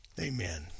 amen